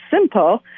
simple